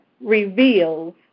reveals